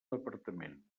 departament